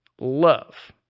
love